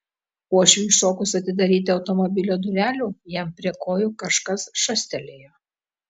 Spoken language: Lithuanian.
uošviui šokus atidaryti automobilio durelių jam prie kojų kažkas šastelėjo